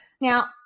Now